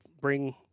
bring